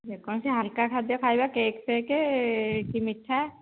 ଯେକୌଣସି ହାଲକା ଖାଦ୍ୟ ଖାଇବା କେକ୍ ଫେକ୍ କି ମିଠା